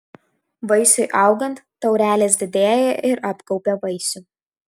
vaisiui augant taurelės didėja ir apgaubia vaisių